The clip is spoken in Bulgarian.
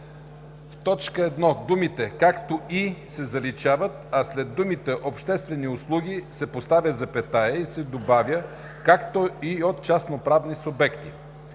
В т. 1 думите „както и“ се заличават, а след думите „обществени услуги“ се поставя запетая и се добавя „както и от частноправни субекти“.